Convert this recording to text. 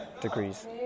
degrees